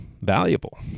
valuable